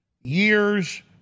years